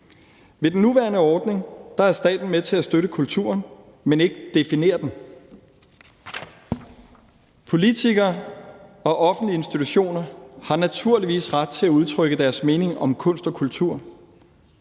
Med den nuværende ordning er staten med til at støtte kulturen, men ikke definere den. Politikere og offentlige institutioner har naturligvis ret til at udtrykke deres mening om kunst og kultur,